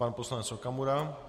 Pan poslanec Okamura.